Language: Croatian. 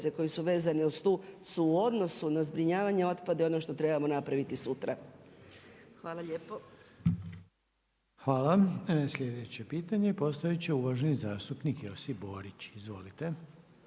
koje su vezane uz tu su u odnosu na zbrinjavanje otpada i ono što trebam napraviti sutra. Hvala lijepo. **Reiner, Željko (HDZ)** Hvala. Sljedeće pitanje postavit će uvaženi zastupnik Josip Borić, izvolite.